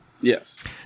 Yes